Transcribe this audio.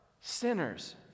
Sinners